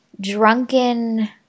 drunken